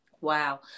Wow